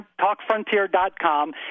TalkFrontier.com